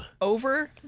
over